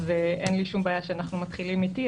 אז אין לי שום בעיה שמתחילים איתי,